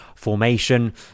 formation